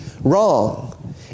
wrong